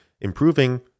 improving